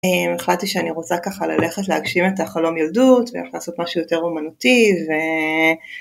החלטתי שאני רוצה ככה ללכת להגשים את החלום ילדות וללכת לעשות משהו יותר אומנותי